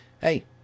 hey